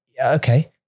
Okay